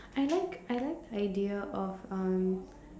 I like I like idea of um